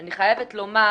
אני חייבת לומר